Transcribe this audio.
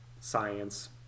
science